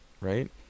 Right